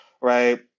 right